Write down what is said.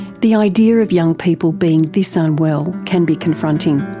the idea of young people being this unwell can be confronting.